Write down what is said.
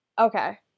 Okay